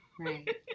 Right